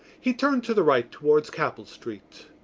he turned to the right towards capel street.